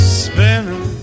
spinning